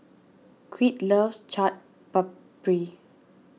Creed loves Chaat Papri